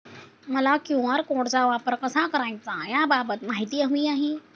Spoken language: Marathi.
मला क्यू.आर कोडचा वापर कसा करायचा याबाबत माहिती हवी आहे